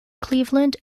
cleveland